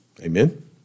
Amen